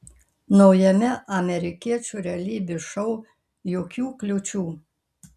naujame amerikiečių realybės šou jokių kliūčių